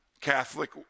Catholic